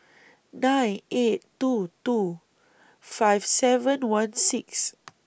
nine eight two two five seven one six